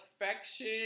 affection